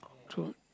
true